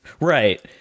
right